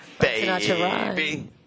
baby